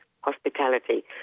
hospitality